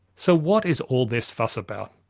so what is all this fuss about?